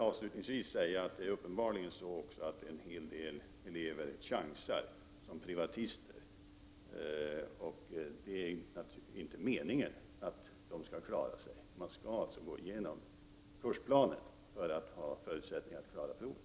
Avslutningsvis vill jag säga att det är uppenbart att en hel del elever chansar som privatister. Det är inte meningen att dessa elever skall klara sig. Man skall ha gått igenom kursplanen för att ha förutsättningar för att kunna klara provet.